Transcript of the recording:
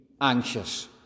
anxious